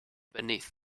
beneath